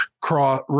cross